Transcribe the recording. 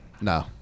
No